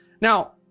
Now